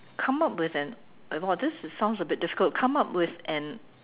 come up with an !wow! this sounds a bit difficult come up with an